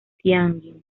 tianjin